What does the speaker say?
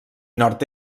nord